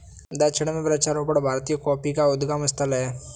दक्षिण में वृक्षारोपण भारतीय कॉफी का उद्गम स्थल है